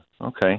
Okay